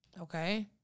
Okay